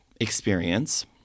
experience